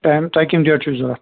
time تۅہہِ کمہِ ڈیٹہٕ چھُوٕ ضروٗرت